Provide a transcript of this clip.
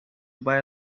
buy